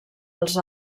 als